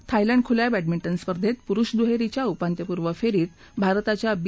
Thailand खुल्या badminton स्पर्धेत पुरुष एकेरीच्या उपांत्यपूर्व फेरीत भारताच्या बी